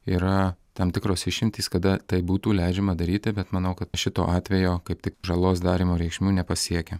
yra tam tikros išimtys kada tai būtų leidžiama daryti bet manau kad šito atvejo kaip tik žalos darymo reikšmių nepasiekia